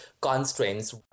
constraints